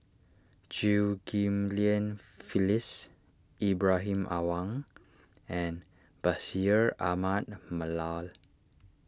Chew Ghim Lian Phyllis Ibrahim Awang and Bashir Ahmad Mallal